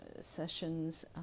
sessions